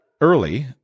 early